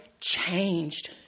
changed